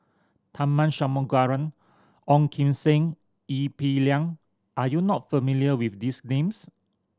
Tharman Shanmugaratnam Ong Kim Seng Ee Peng Liang are you not familiar with these names